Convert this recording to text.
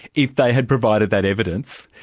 if they had provided that evidence,